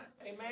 Amen